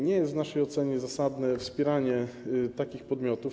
Nie jest w naszej ocenie zasadne wspieranie takich podmiotów.